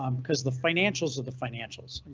um cause the financials are the financials?